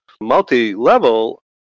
multi-level